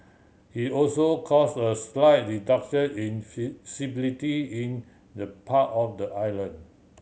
it also cause a slight reduction in in the part of the island